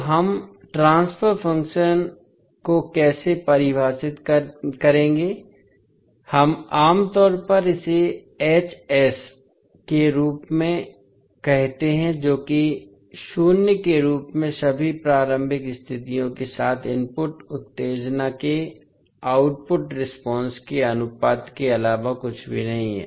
तोहम transfer function transfer function को कैसे परिभाषित करेंगे हम आम तौर पर इसे के रूप में कहते हैं जो कि शून्य के रूप में सभी प्रारंभिक स्थितियों के साथ इनपुट उत्तेजना के आउटपुट रेस्पॉन्स के अनुपात के अलावा कुछ भी नहीं है